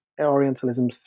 Orientalism